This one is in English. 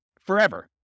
forever